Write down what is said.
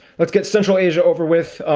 let's get central asia over with.